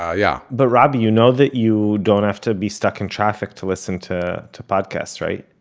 ah yeah but robby, you know that you don't have to be stuck in traffic to listen to to podcasts, right?